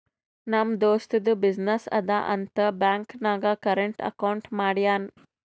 ನಮ್ ದೋಸ್ತದು ಬಿಸಿನ್ನೆಸ್ ಅದಾ ಅಂತ್ ಬ್ಯಾಂಕ್ ನಾಗ್ ಕರೆಂಟ್ ಅಕೌಂಟ್ ಮಾಡ್ಯಾನ್